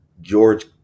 George